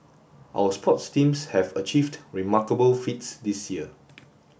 our sports teams have achieved remarkable feats this year